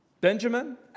Benjamin